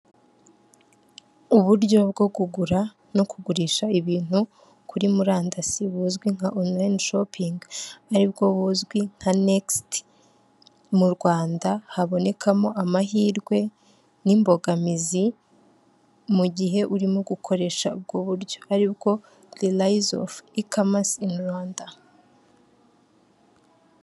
Uburyo bwo kugura no kugurisha ibintu kuri murandasi buzwi nka onorayini shopingi aribwo buzwi nka negisite mu Rwanda, habonekamo amahirwe n'imbogamizi mu gihe urimo gukoresha ubwo buryo, ari bwo de rayize ovu i kamasi in Rwanda.